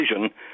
Vision